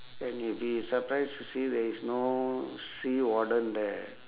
and you'd be surprised to see there is no sea warden there